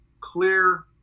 clear